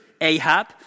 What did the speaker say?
Ahab